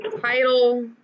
title